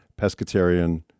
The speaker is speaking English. pescatarian